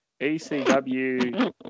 ECW